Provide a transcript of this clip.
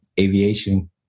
aviation